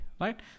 Right